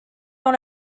dans